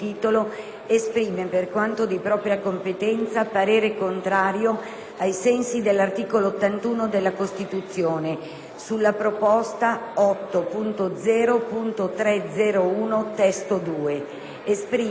ai sensi dell'articolo 81 della Costituzione, sulla proposta 8.0.301 (testo 2). Esprime altresì parere non ostativo sulle restanti proposte».